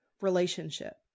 relationship